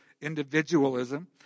individualism